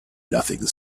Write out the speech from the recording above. nothing